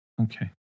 Okay